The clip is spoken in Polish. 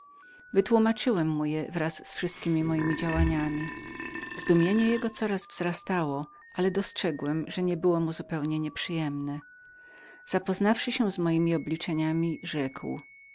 wytłumaczyłem mu je wraz z wszystkiemi mojemi działaniami zdziwienie jego coraz wzrastało ale dostrzegłem że nie było mu zupełnie nieprzyjemnem mój ojciec zważywszy cały postęp moich działań rzekł